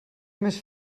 més